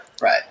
Right